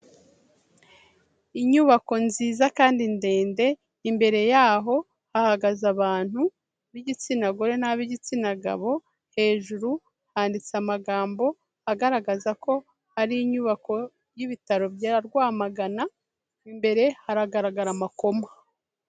Inyubako nziza kandi ndende, imbere yaho hahagaze abantu b'igitsina gore n'ab'igitsina gabo. Hejuru handitse amagambo agaragaza ko ari inyubako y'Ibitaro bya Rwamagana imbere haragaragara amakoma.